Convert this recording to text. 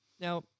Now